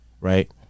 right